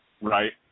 Right